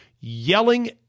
Yelling